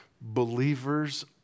Believers